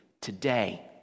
Today